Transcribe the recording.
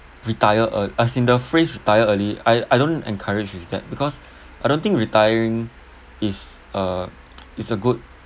retire ear~ as in the phrase retire early I I don't encourage with that because I don't think retiring is uh is a good